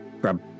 grab